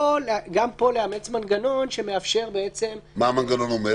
או גם פה לאמץ מנגנון שמאפשר --- מה המנגנון אומר?